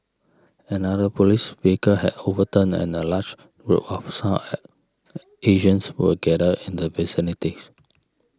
another police vehicle had overturned and a large group of South at Asians were gathered in the vicinities